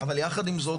אבל יחד עם זאת,